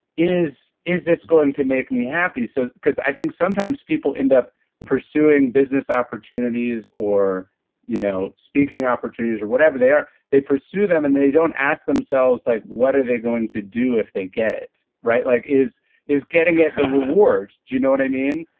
is is this going to make me happy? so because i think sometimes people end up pursing business opportunities or you know speaking opportunities or whatever they are. they pursue them, and they don't ask themselves like what are they going to do if they get it? right? like is is getting it a reward? do you know what i mean?